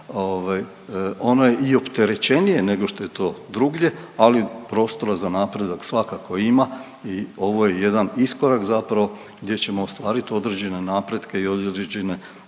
ono je i opterećenije nego što je to drugdje, ali prostora za napredak svakako ima i ovo je jedan iskorak zapravo gdje ćemo ostvariti određene napretke i određene